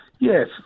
Yes